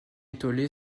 étoilé